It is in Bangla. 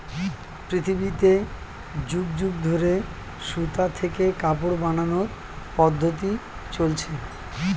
পৃথিবীতে যুগ যুগ ধরে সুতা থেকে কাপড় বানানোর পদ্ধতি চলছে